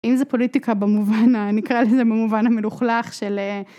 אם זה פוליטיקה במובן, אני אקרא לזה במובן המלוכלך של